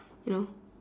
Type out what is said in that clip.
you know